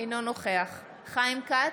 אינו נוכח חיים כץ,